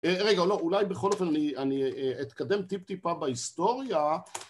רגע, לא, אולי בכל אופן אני אתקדם טיפ טיפה בהיסטוריה